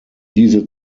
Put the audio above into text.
diese